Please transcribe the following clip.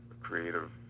creative